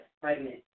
pregnant